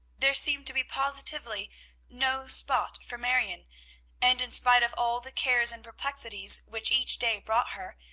there seemed to be positively no spot for marion and, in spite of all the cares and perplexities which each day brought her,